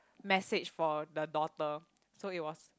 message for the daughter so he was